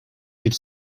could